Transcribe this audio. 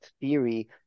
theory